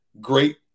great